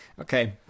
Okay